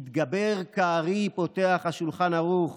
"יתגבר כארי", פותח השולחן ערוך,